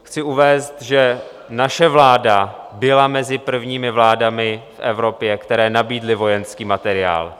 Chci uvést, že naše vláda byla mezi prvními vládami v Evropě, které nabídly vojenský materiál.